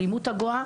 האלימות הגואה.